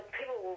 people